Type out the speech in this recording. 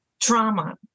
trauma